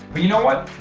but you know what?